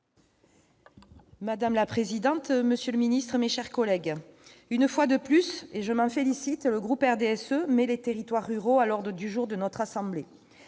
Madame la présidente, monsieur le ministre, mes chers collègues, une fois de plus, et je m'en félicite, le groupe du RDSE met les territoires ruraux à l'ordre du jour de notre assemblée.